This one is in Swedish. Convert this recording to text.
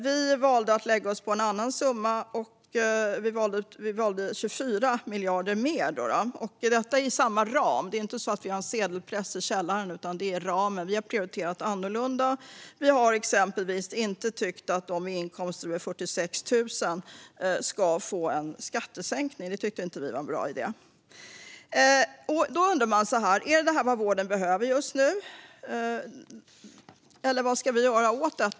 Vi valde att lägga oss på en annan summa, 24 miljarder mer, inom samma ram. Vi har ingen sedelpress i källaren, utan vi har prioriterat annorlunda. Vi tycker exempelvis inte att det är en bra idé att ge dem med inkomster över 46 000 en skattesänkning. Man undrar: Är detta vad vården behöver just nu, eller vad ska vi göra åt det?